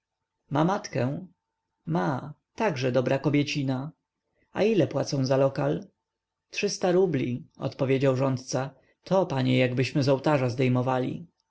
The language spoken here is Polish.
ma matkę ma także dobra kobiecina a ile płacą za lokal trzysta rubli odpowiedział rządca to panie jakbyśmy z ołtarza zdejmowali